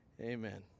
Amen